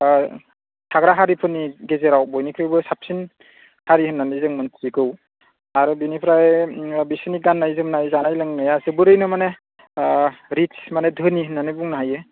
थाग्रा हारिफोरनि गेजेराव बयनिफ्रायबो साबसिन हारि होन्नानै जों मिथिगौ आरो बेनिफ्राय बिसिनि गान्नाय जोमनाय जानाय लोंनाया जोबोरैनो माने रिच माने दोहोनि होननानै बुंनो हायो